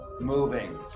moving